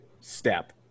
step